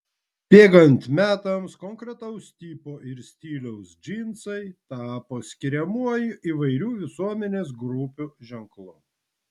bėgant metams konkretaus tipo ir stiliaus džinsai tapo skiriamuoju įvairių visuomenės grupių ženklu